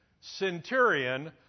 centurion